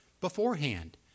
beforehand